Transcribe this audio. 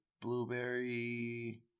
blueberry